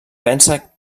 pensa